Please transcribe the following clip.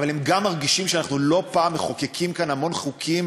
אלא גם שאנחנו לא פעם מחוקקים כאן המון חוקים